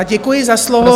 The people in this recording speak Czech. Děkuji za slovo.